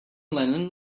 lennon